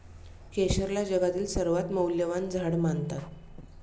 केशरला जगातील सर्वात मौल्यवान झाड मानतात